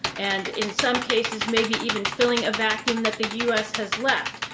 and in some cases, maybe even filling a vacuum that the u. s. has left.